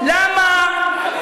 טוב,